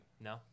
No